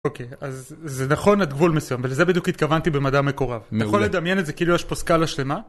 אוקיי, אז זה נכון עד גבול מסוים, ולזה בדיוק התכוונתי במדע מקורב. אתה יכול לדמיין את זה כאילו יש פה סקאלה שלמה?